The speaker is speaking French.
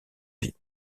vie